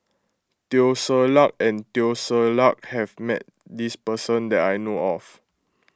Teo Ser Luck and Teo Ser Luck has met this person that I know of